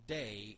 day